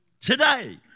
today